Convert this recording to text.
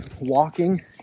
walking